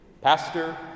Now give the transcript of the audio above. pastor